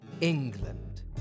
England